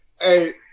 Hey